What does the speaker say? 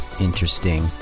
Interesting